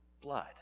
blood